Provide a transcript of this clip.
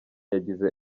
yagize